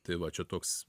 tai va čia toks